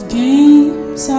games